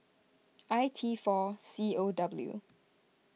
I T four C O W